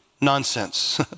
nonsense